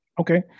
Okay